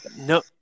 no